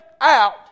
out